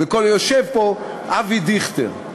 יושב פה אבי דיכטר,